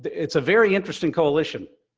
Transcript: it's a very interesting coalition